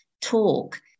talk